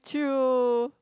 true